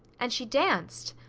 and she danced!